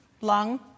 lung